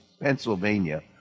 Pennsylvania